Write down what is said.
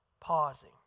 Pausing